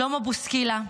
שלמה בוסקילה,